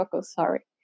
sorry